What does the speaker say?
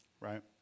right